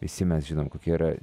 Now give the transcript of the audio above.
visi mes žinom kokia yra